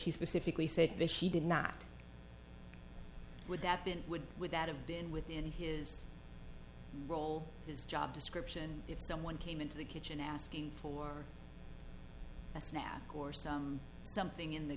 he specifically said that he did not would have been would would that have been within his role his job description if someone came into the kitchen asking for a snack or some something in the